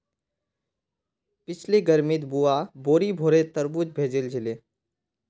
पिछली गर्मीत बुआ बोरी भोरे तरबूज भेजिल छिले